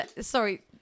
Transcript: Sorry